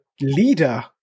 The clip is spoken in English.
leader